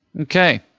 Okay